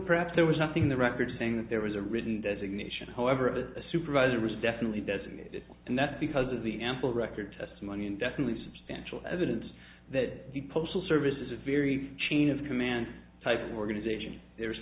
perhaps there was nothing in the record saying that there was a written designation however a supervisor was definitely definitely and that's because of the ample record testimony and definitely substantial evidence that the postal service is a very chain of command type organization there is